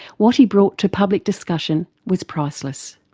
what he brought to public discussion was priceless.